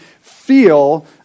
feel